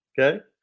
okay